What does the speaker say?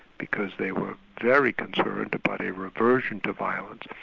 because they were very concerned about a reversion to violence,